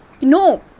No